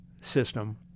system